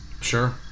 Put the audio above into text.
sure